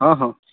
ହଁ ହଁ